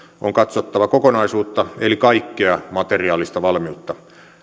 on katsottava kokonaisuutta eli kaikkea materiaalista valmiutta